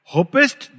Hopest